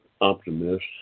optimist